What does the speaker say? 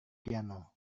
piano